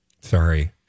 sorry